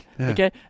Okay